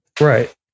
Right